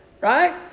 right